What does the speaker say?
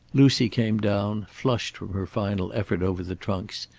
lucy came down, flushed from her final effort over the trunks,